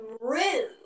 rude